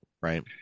right